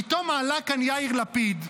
פתאום עלה כאן יאיר לפיד,